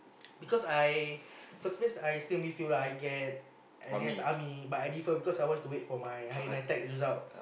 because I first place I same with you lah I get N_S army but I defer because I want to wait for my higher Nitec result